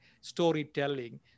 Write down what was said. storytelling